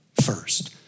first